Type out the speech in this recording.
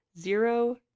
zero